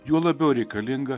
juo labiau reikalinga